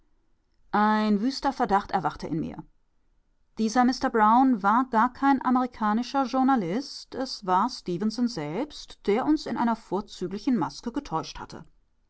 ein wüster verdacht erwachte in mir dieser mister brown war gar kein amerikanischer journalist es war stefenson selbst der uns in einer vorzüglichen maske getäuscht hatte